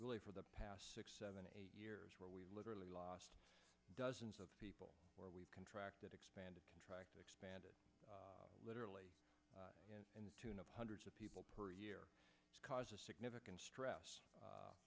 really for the past six seven eight years where we've literally lost dozens of people where we contract that expanded contract expanded literally in the tune of hundreds of people per year to cause a significant stress